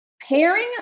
pairing